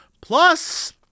Plus